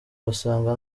basanga